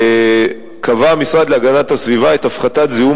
קבע המשרד להגנת הסביבה את הפחתת זיהום